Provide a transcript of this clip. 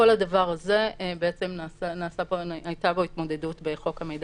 עם כל הדבר הזה הייתה התמודדות בחוק המידע